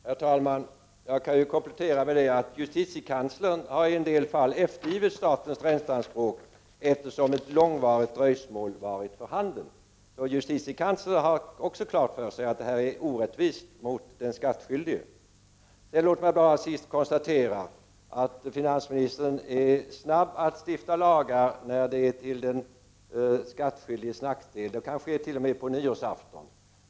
Herr talman! Jag kan komplettera med upplysningen att justitiekanslern i en del fall har eftergivit statens ränteanspråk då ett långvarigt dröjsmål varit för handen. Justitiekanslern har också klart för sig att detta är orättvist mot den skattskyldige. Låt mig till sist konstatera att finansministern är snabb att stifta lagar när det är till den skattskyldiges nackdel — det kan t.o.m. ske på nyårsafton.